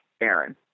Aaron